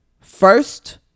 first